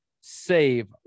save